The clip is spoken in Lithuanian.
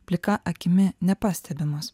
plika akimi nepastebimos